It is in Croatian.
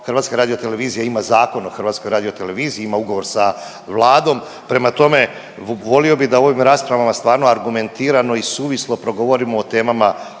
Hrvatske radiotelevizije, no HRT ima Zakon o HRT-u, ima ugovor sa Vladom, prema tome, volio bih da u ovim raspravama stvarno argumentirano i suvislo progovorimo o temama